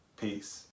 Peace